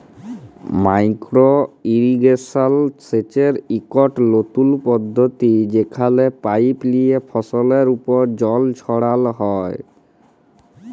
micro irrigation সেচের ইকট লতুল পদ্ধতি যেখালে পাইপ লিয়ে ফসলের উপর জল ছড়াল হ্যয়